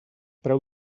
preu